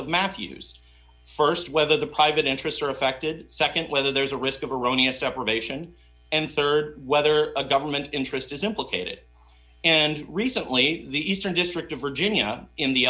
of matthews st whether the private interests are affected nd whether there is a risk of erroneous separation and rd whether a government interest is implicated and recently the eastern district of virginia in the